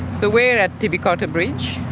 so we are at tibby cotter bridge,